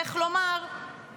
איך לומר,